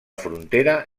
frontera